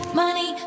money